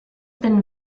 then